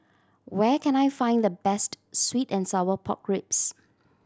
where can I find the best sweet and sour pork ribs